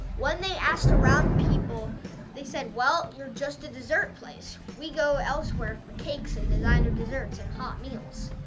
when they asked around, people they said, well, you're just a dessert place. we go elsewhere for cakes and designer desserts, and hot meals.